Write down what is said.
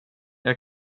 jag